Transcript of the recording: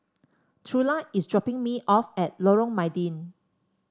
Trula is dropping me off at Lorong Mydin